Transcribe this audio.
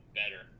better